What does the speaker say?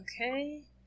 okay